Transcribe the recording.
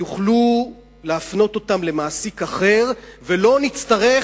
יהיה אפשר להפנות אותם למעסיק אחר ולא נצטרך